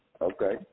Okay